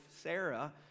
Sarah